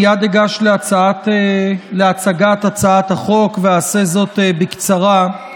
מייד אגש להצגת הצעת החוק, ואעשה זאת בקצרה.